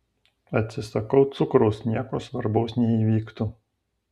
atsisakau cukraus nieko svarbaus neįvyktų